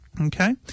Okay